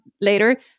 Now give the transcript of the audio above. later